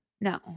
No